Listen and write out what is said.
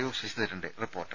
O ശശിധരന്റെ report